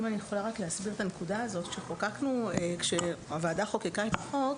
אם אוכל להסביר את הנקודה הזאת: כשהוועדה חוקקה את החוק,